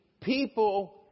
people